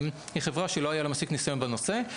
היא חברה שלא היה לה מספיק ניסיון בנושא,